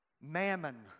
Mammon